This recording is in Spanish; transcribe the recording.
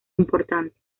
importante